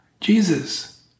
Jesus